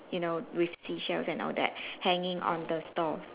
you know with seashells and all that hanging on the stall